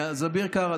אז אביר קארה,